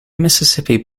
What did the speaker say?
mississippi